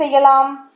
நாம் என்ன செய்யலாம்